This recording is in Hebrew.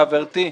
חברתי,